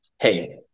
hey